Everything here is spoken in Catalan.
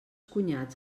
cunyats